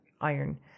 iron